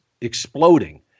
exploding